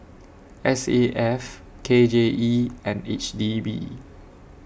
S A F K J E and H D B